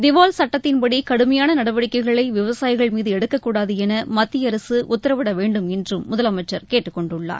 திவால் சட்டத்தின்படி கடுமையான நடவடிக்கைகளை விவசாயிகள் மீது எடுக்கக்கூடாது என மத்திய அரசு உத்தரவிட வேண்டும் என்றும் முதலமைச்சர் கேட்டுக்கொண்டுள்ளார்